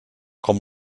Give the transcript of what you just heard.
com